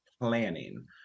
planning